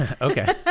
Okay